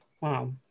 Wow